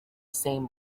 same